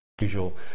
usual